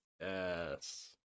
yes